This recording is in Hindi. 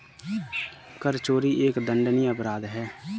कर चोरी एक दंडनीय अपराध है